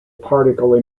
particle